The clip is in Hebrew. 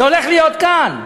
זה הולך להיות כאן.